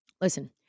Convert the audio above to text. Listen